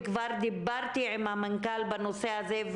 וכבר דיברתי עם המנכ"ל בנושא הזה,